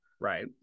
Right